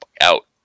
out